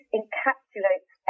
encapsulates